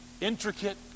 Intricate